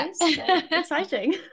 Exciting